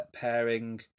pairing